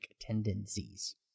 tendencies